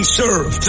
serve